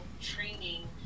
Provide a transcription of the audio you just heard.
training